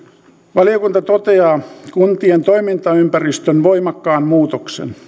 valiokunta toteaa kuntien toimintaympäristön voimakkaan muutoksen